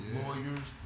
lawyers